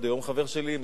עד היום הוא חבר שלי,